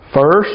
first